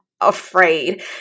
afraid